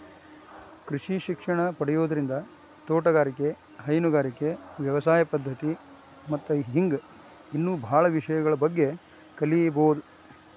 ಕೃಷಿ ಶಿಕ್ಷಣ ಪಡಿಯೋದ್ರಿಂದ ತೋಟಗಾರಿಕೆ, ಹೈನುಗಾರಿಕೆ, ವ್ಯವಸಾಯ ಪದ್ದತಿ ಬಗ್ಗೆ ಹಿಂಗ್ ಇನ್ನೂ ಬಾಳ ವಿಷಯಗಳ ಬಗ್ಗೆ ಕಲೇಬೋದು